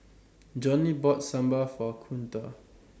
Johnny bought Sambar For Kunta